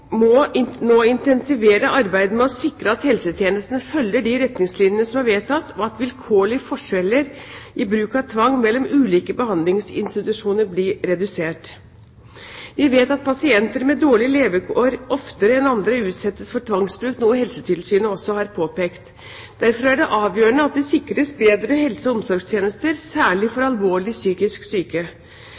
må nå intensivere arbeidet med å sikre at helsetjenestene følger de retningslinjer som er vedtatt, og at vilkårlige forskjeller i bruk av tvang mellom ulike behandlingsinstitusjoner blir redusert. Vi vet at pasienter med dårlige levekår oftere enn andre utsettes for tvangsbruk, noe Helsetilsynet også har påpekt. Derfor er det avgjørende at det sikres bedre helse- og omsorgstjenester, særlig for alvorlig psykisk syke.